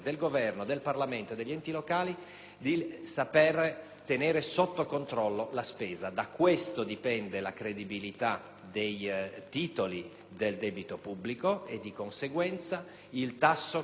dei titoli del debito pubblico e, di conseguenza, il tasso che lo Stato deve pagare su questo stesso debito, che sappiamo essere molto ingente per un'eredità dei decenni passati.